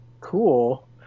cool